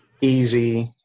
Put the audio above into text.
easy